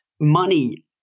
Money